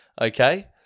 Okay